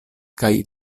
kaj